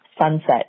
sunset